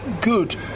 good